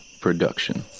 Production